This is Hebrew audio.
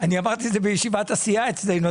אני אמרתי את זה בישיבת הסיעה אצלנו,